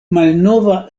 malnova